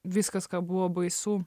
viskas ką buvo baisu